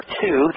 two